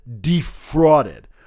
defrauded